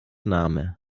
name